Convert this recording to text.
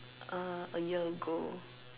uh a year ago